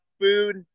food